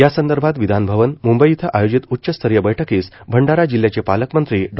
यासंदर्भात विधानभवन मुंबई इथं आयोजित उच्चस्तरीय बैठकीस भंडारा जिल्ह्याचे पालकमंत्री डॉ